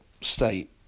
state